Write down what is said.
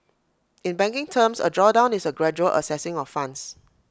in banking terms A drawdown is A gradual accessing of funds